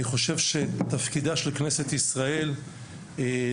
אני חושב שתפקידה של כנסת ישראל לקבוע